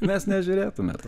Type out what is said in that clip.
mes nežiūrėtume to